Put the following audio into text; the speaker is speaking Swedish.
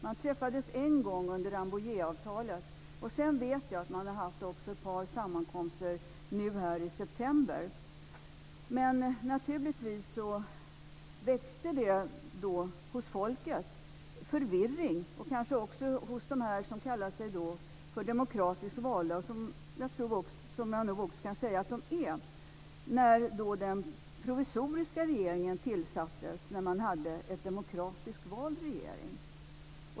Det skedde en gång under Rambouilletavtalet, och sedan vet jag att parlamentet har haft ett par sammankomster nu i september. Det väckte naturligtvis förvirring hos folket och kanske också hos dem som kallas demokratiskt valda - och jag tror man också kan säga att de är det - när den provisoriska regeringen tillsattes. Det fanns ju redan en demokratiskt vald regering.